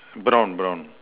brown brown